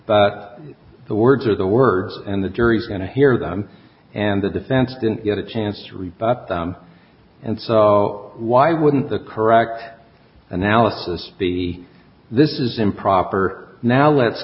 but the words or the words and the jury's going to hear them and the defense didn't get a chance to rebut them and so why wouldn't the correct analysis be this is improper now let's